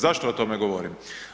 Zašto o tome govorim?